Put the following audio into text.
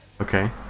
Okay